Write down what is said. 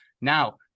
Now